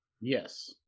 Yes